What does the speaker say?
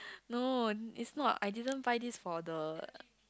no is not I didn't find this for the